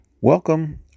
Welcome